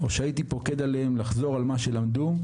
או שהייתי פוקד עליהם לחזור על מה שלמדו.